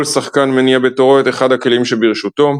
כל שחקן מניע בתורו את אחד הכלים שברשותו,